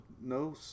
No